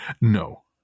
No